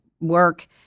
work